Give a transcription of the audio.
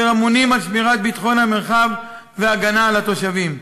שאמונים על שמירת ביטחון המרחב ועל הגנת התושבים.